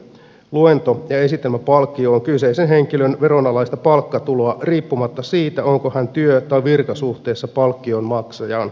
luento ja esitelmäpalkkio on kyseisen henkilön veronalaista palkkatuloa riippumatta siitä onko hän työ tai virkasuhteessa palkkion maksajaan vai ei